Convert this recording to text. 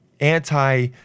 anti